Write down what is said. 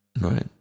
Right